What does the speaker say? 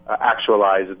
actualize